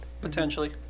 Potentially